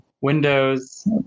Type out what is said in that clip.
windows